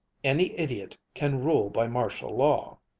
any idiot can rule by martial law